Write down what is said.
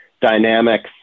dynamics